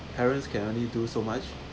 parents can only do so much